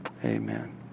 Amen